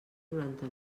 noranta